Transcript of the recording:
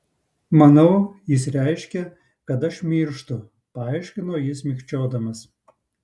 manau jis reiškia kad aš mirštu paaiškino jis mikčiodamas